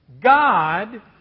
God